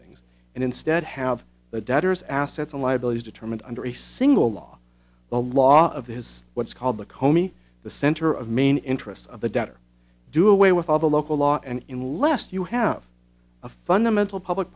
things and instead have the debtors assets and liabilities determined under a single law the law of his what's called the komi the center of main interests of the debtor do away with all the local laws and in lest you have a fundamental public